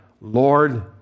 Lord